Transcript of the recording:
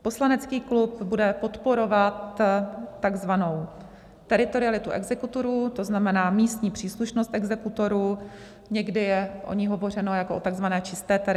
Poslanecký klub bude podporovat takzvanou teritorialitu exekutorů, to znamená místní příslušnost exekutorů, někdy je o ní hovořeno jako o takzvané čisté teritorialitě.